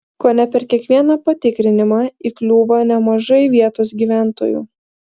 kone per kiekvieną patikrinimą įkliūva nemažai vietos gyventojų